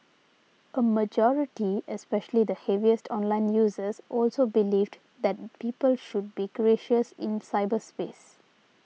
a majority especially the heaviest online users also believed that people should be gracious in cyberspace